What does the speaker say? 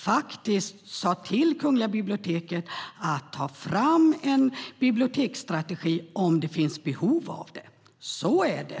Man gav Kungliga biblioteket i uppgift att ta fram en biblioteksstrategi om det fanns ett behov av en sådan. Så är det.